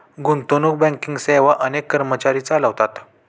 गुंतवणूक बँकिंग सेवा अनेक कर्मचारी चालवतात